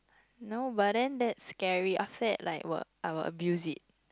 no but then that's scary after that like will I will abuse it